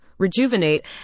rejuvenate